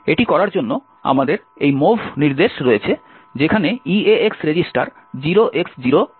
এটি করার জন্য আমাদের এই mov নির্দেশ রয়েছে যেখানে EAX রেজিস্টার 0X0 এ সরানো হয়েছে